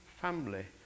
family